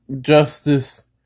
justice